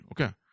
okay